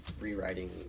rewriting